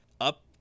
up